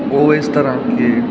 ਉਹ ਇਸ ਤਰ੍ਹਾਂ ਕਿ